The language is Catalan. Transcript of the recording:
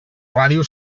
ràdio